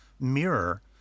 mirror